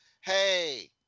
hey